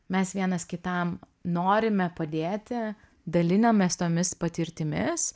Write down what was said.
mes vienas kitam norime padėti dalinamės tomis patirtimis